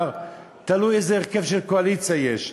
תלוי איזה הרכב של קואליציה יש.